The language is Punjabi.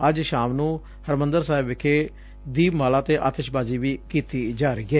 ਅੱਜ ਸ਼ਾਮ ਨੂੰ ਹਰਿਮੰਦਰ ਸਾਹਿਬ ਵਿਖੇ ਦੀਆਂ ਮਾਲਾ ਤੇ ਆਤਸ਼ਬਾਜ਼ੀ ਵੀ ਕੀਤੀ ਜਾ ਰਹੀ ਏ